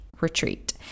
retreat